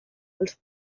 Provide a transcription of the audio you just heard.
els